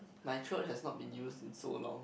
my throat has not been used in so long